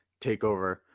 Takeover